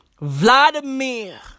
Vladimir